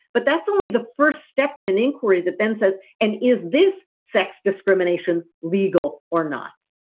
but that's only the first step in an inquiry that then says. and is this sex discrimination legal or not?